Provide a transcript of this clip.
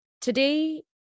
Today